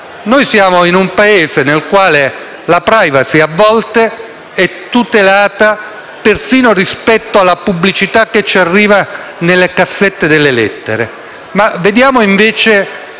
Noi siamo in un Paese in cui la *privacy,* a volte, è tutelata persino con rispetto alla pubblicità che ci arriva nella cassetta delle lettere;